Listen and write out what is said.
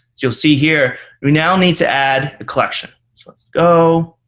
you'll see here, we now need to add a collection. so let's go.